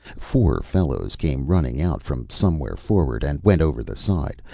four fellows came running out from somewhere forward and went over the side,